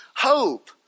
Hope